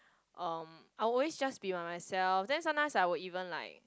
um I always just be by myself then sometimes I would even like